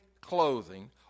clothing